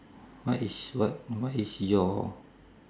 what is what what is your